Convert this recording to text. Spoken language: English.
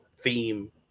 theme